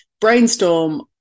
Brainstorm